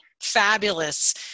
fabulous